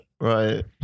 Right